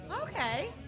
Okay